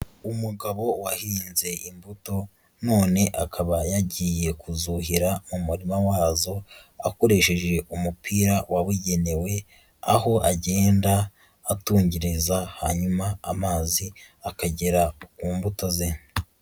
Umugabo wahinze imbuto none akaba yagiye kuzuhira mu muririma wazo, akoresheje umupira wabugenewe, aho agenda atungiriza hanyuma amazi akagera ku mbuto ze.